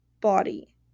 body